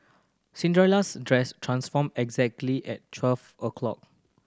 Cinderella's dress transformed exactly at twelve o'clock